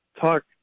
talk